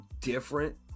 different